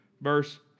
verse